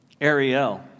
Ariel